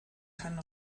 keinen